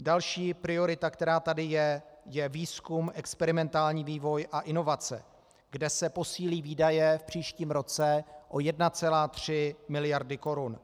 Další priorita, která tady je, je výzkum, experimentální vývoj a inovace, kde se posílí výdaje v příštím roce o 1,3 miliardy korun.